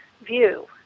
view